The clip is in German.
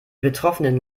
betroffenen